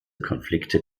konflikte